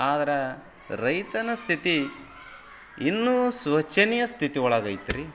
ಆದ್ರೆ ರೈತನ ಸ್ಥಿತಿ ಇನ್ನೂ ಶೋಚನೀಯ ಸ್ಥಿತಿಯೊಳಗೈತ್ರಿ